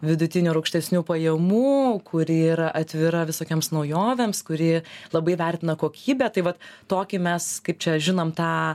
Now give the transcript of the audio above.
vidutinių ir aukštesnių pajamų kuri yra atvira visokioms naujovėms kuri labai vertina kokybę tai vat tokį mes kaip čia žinom tą